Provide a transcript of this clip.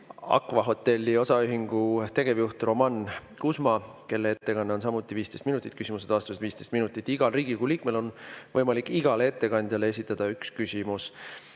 Aqva Hotels Osaühingu tegevjuht Roman Kusmalt, kelle ettekanne on samuti 15 minutit, küsimused-vastused 15 minutit. Igal Riigikogu liikmel on võimalik igale ettekandjale esitada üks küsimus.